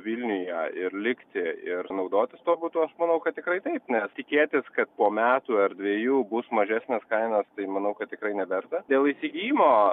vilniuje ir likti ir naudotis tuo butu aš manau kad tikrai taip nes tikėtis kad po metų ar dviejų bus mažesnės kainos tai manau kad tikrai neverta dėl įsigijimo